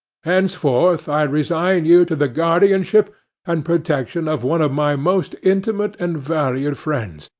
henceforth i resign you to the guardianship and protection of one of my most intimate and valued friends,